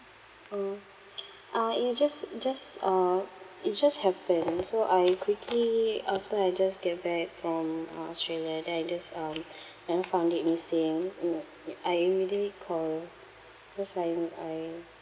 uh uh it just just uh it just happened so I quickly after I just get back from uh australia then I just um and I found it missing in uh ya I immediately call cause I I